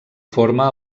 forma